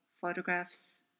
photographs